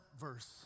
verse